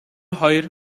хоёр